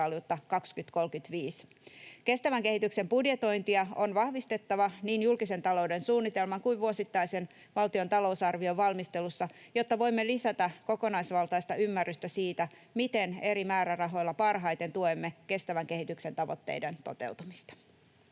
Kestävän kehityksen budjetointia on vahvistettava niin julkisen talouden suunnitelman kuin vuosittaisen valtion talousarvion valmistelussa, jotta voimme lisätä kokonaisvaltaista ymmärrystä siitä, miten eri määrärahoilla parhaiten tuemme kestävän kehityksen tavoitteiden toteutumista.